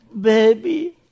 baby